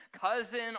cousin